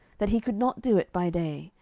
that he could not do it by day,